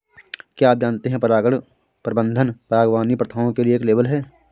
क्या आप जानते है परागण प्रबंधन बागवानी प्रथाओं के लिए एक लेबल है?